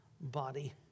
body